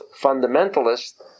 fundamentalists